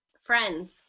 Friends